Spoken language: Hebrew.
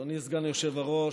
אדוני סגן היושב-ראש,